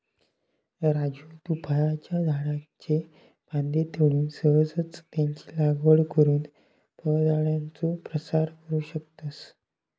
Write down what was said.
राजू तु फळांच्या झाडाच्ये फांद्ये तोडून सहजच त्यांची लागवड करुन फळझाडांचो प्रसार करू शकतस